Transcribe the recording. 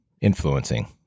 Influencing